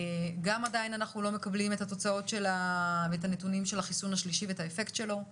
עוד לא קיבלנו את הנתונים של החיסון השלישי ואת האפקט שלו,